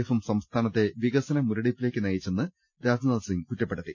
എഫും സംസ്ഥാനത്തെ വികസന മുര ടിപ്പിലേക്ക് നയിച്ചെന്ന് രാജ്നാഥ് സിംഗ് കുറ്റപ്പെടുത്തി